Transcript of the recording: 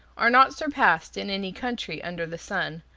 are not surpassed in any country under the sun.